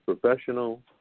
professional